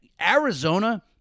Arizona